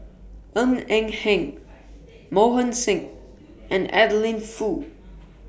Ng Eng Hen Mohan Singh and Adeline Foo